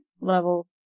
level